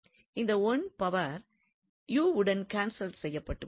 இந்த 1 பவர் உடன் கேன்சல் செய்யப்பட்டு விடும்